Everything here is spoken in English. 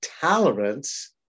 tolerance